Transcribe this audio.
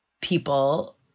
people